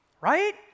right